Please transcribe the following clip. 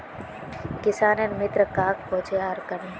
किसानेर मित्र कहाक कोहचे आर कन्हे?